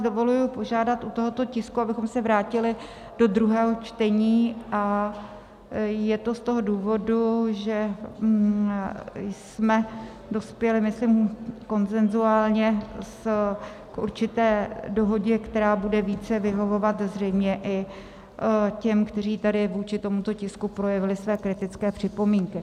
Dovoluji si vás požádat u tohoto tisku, abychom se vrátili do druhého čtení a je to z toho důvodu, že jsme dospěli, myslím, konsenzuálně k určité dohodě, která bude více vyhovovat zřejmě i těm, kteří tady vůči tomuto tisku projevili své kritické připomínky.